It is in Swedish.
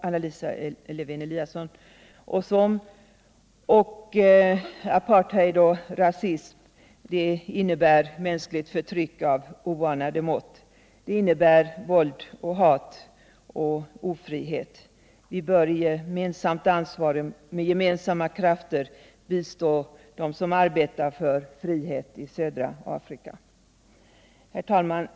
Anna Lisa Lewén-Eliasson oss om. Apartheid och rasism innebär mänskligt förtryck av oanade mått. Det innebär våld, hat och ofrihet. Vi bör i gemensamt ansvar och med gemensamma krafter bistå dem som arbetar för frihet i södra Afrika. Herr talman!